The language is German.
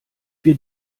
wir